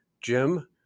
Jim